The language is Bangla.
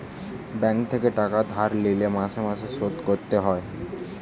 ব্যাঙ্ক থেকে টাকা ধার লিলে মাসে মাসে শোধ করতে হয়